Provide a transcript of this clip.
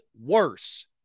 worse